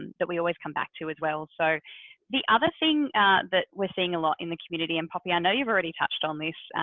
and that we always come back to as well. so the other thing that we're seeing a lot in the community and poppy i know you've already touched on this,